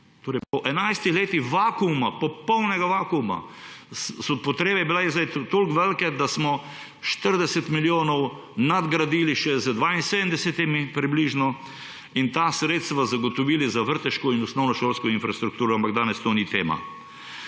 torej po enajstih letih vakuma, popolnega vakuma so potrebe bile zdaj tako velike, da smo 40 milijonov nadgradili še s približno 72 in ta sredstva zagotovili za vrtčevsko in osnovnošolsko infrastrukturo, ampak danes to ni tema.